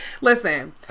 listen